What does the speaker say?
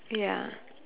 ya